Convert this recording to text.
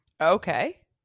Okay